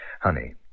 Honey